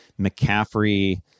McCaffrey